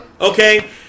Okay